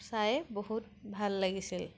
চাই বহুত ভাল লাগিছিল